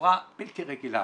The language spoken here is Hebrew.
בצורה בלתי רגילה.